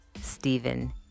Stephen